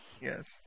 Yes